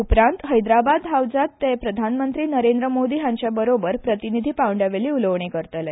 उपरांत हैदराबाद हावजांत ते प्रधानमंत्री नरेंद्र मोदी हांचे बरोबर प्रतिनिधी पांवड्या वयली उलोवणी करतले